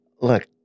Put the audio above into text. look